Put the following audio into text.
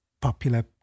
popular